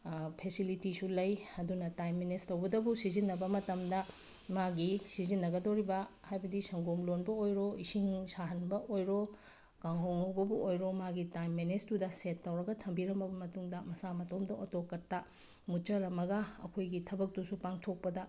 ꯐꯦꯁꯤꯂꯤꯇꯤꯁꯨ ꯂꯩ ꯑꯗꯨꯅ time manage ꯇꯧꯕꯇꯕꯨ ꯁꯤꯖꯤꯟꯅꯕ ꯃꯇꯝꯗ ꯃꯥꯒꯤ ꯁꯤꯖꯤꯟꯅꯒꯗꯣꯔꯤꯕ ꯍꯥꯏꯕꯗꯤ ꯁꯪꯒꯣꯝ ꯂꯣꯟꯕ ꯑꯣꯏꯔꯣ ꯏꯁꯤꯡ ꯁꯥꯍꯟꯕ ꯑꯣꯏꯔꯣ ꯀꯥꯡꯉꯧ ꯉꯧꯕꯕꯨ ꯑꯣꯏꯔꯣ ꯃꯥꯒꯤ ꯇꯥꯏꯝ ꯃꯦꯅꯦꯖꯇꯨꯗ ꯁꯦꯠ ꯇꯧꯔꯒ ꯊꯝꯕꯤꯔꯝꯃꯕ ꯃꯇꯨꯡꯗ ꯃꯁꯥ ꯃꯊꯟꯇ ꯑꯣꯇꯣꯀꯠꯇ ꯃꯨꯠꯆꯔꯝꯃꯒ ꯑꯩꯈꯣꯏꯒꯤ ꯊꯕꯛꯇꯨꯁꯨ ꯄꯥꯡꯊꯣꯛꯄꯗ